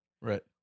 Right